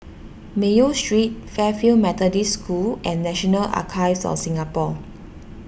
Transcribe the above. Mayo Street Fairfield Methodist School and National Archives of Singapore